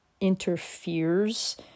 Interferes